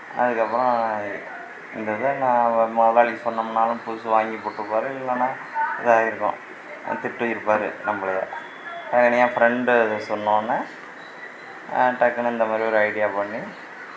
அதுக்கப்புறோம் இந்த இதை நான் முதலாளிக்கு சொன்னோம்னாலும் புதுசு வாங்கிப் போட்டிருப்பாரு இல்லைன்னா இதாகிருக்கும் திட்டியிருப்பாரு நம்பளை என் ஃப்ரெண்ட்டு சொன்னவொடன்ன டக்குன்னு இந்த மாதிரி ஒரு ஐடியா பண்ணி